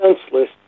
senseless